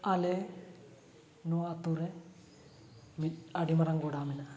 ᱟᱞᱮ ᱱᱚᱣᱟ ᱟᱹᱛᱩᱨᱮ ᱢᱤᱫ ᱟᱹᱰᱤ ᱢᱟᱨᱟᱝ ᱜᱚᱰᱟ ᱢᱮᱱᱟᱜᱼᱟ